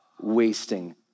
wasting